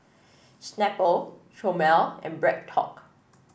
Snapple Chomel and Bread Talk